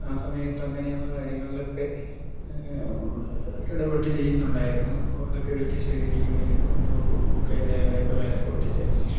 ആ സമയത്ത് അങ്ങനെയുള്ള കാര്യങ്ങളിൽ ഒക്കെ ഇടപെട്ട് ചെയ്യുന്നുണ്ടായിരുന്നു അതൊക്കെ എടുത്ത് ശേഖരിക്കുവായിരുന്നു അങ്ങനെ ബുക്ക് ബുക്കയിൻ്റെ പേപ്പറേലക്കെ ഒട്ടിച്ച്